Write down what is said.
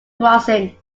crossing